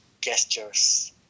gestures